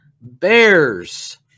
bears